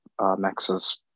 Max's